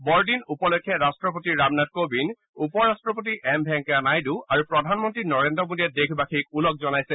বৰদিন উপলক্ষে ৰাট্টপতি ৰামনাথ কোবিন্দ উপ ৰাট্টপতি এম ভেংকায়া নাইডু আৰু প্ৰধানমন্ত্ৰী নৰেন্দ্ৰ মোদীয়ে দেশবাসীক ওলগ জনাইছে